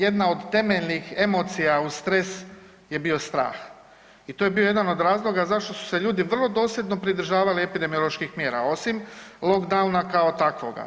Jedna od temeljnih emocija u stres je bio strah i to je bio jedan od razloga zašto su se ljudi vrlo dosljedno pridržavali epidemioloških mjera osim lockdowna kao takvoga.